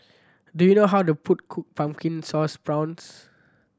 do you know how to cook cook Pumpkin Sauce Prawns